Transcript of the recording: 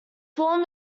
form